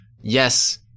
Yes